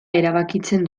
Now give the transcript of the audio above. erabakitzen